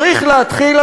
צריך להתחיל,